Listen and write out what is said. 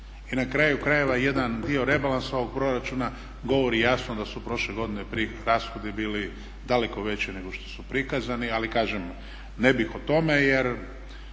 i na kraju krajeva jedan dio rebalansa ovog proračuna govori jasno da su prošle godine rashodi bili daleko veći nego što su prikazani, ali kažem ne bih o tome jer